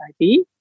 ID